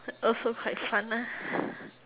also quite fun ah